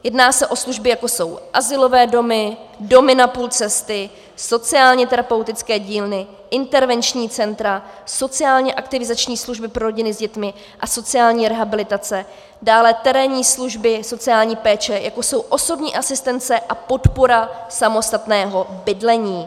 Jedná se o služby, jako jsou azylové domy, domy na půl cesty, sociálně terapeutické dílny, intervenční centra, sociálně aktivizační služby pro rodiny s dětmi a sociální rehabilitace, dále terénní služby sociální péče, jako jsou osobní asistence a podpora samostatného bydlení.